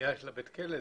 הבנייה של בית הכלא,